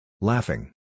Laughing